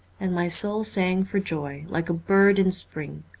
and my soul sang for joy, like a bird in spring.